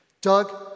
Doug